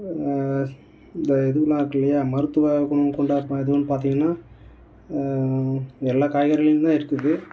இந்த இதுவெல்லாம் இருக்குது இல்லையா மருத்துவ குணம் கொண்ட ம இதுன்னு பார்த்தீங்கனா எல்லா காய்கறிலேயுந்தான் இருக்குது